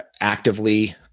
actively